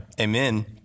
Amen